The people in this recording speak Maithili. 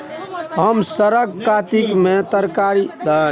हम सरक कातिक में तरकारी बेचै छी, दस हजार के जरूरत हय केना कर्जा भेटतै?